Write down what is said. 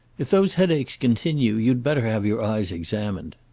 if those headaches continue you'd better have your eyes examined.